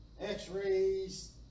x-rays